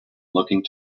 looking